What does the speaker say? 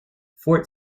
fort